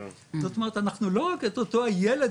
זאת אומרת אנחנו לא רק את אותו הילד,